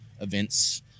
events